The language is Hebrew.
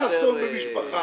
דבר אחד ברור: קרה אסון במשפחה.